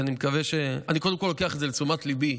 אני קודם כול לוקח את זה לתשומת ליבי.